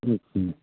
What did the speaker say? হুম হুম